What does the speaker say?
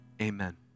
amen